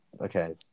Okay